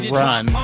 run